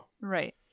Right